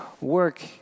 work